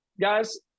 guys